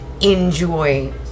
enjoy